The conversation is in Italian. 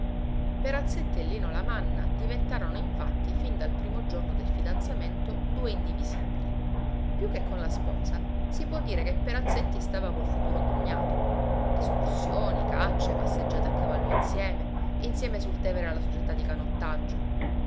lui perazzetti e lino lamanna diventarono infatti fin dal primo giorno del fidanzamento due indivisibili più che con la sposa si può dire che perazzetti stava col futuro cognato escursioni cacce passeggiate a cavallo insieme insieme sul tevere alla società di canottaggio